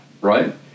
right